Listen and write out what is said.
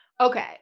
Okay